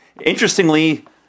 Interestingly